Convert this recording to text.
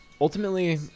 ultimately